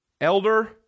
Elder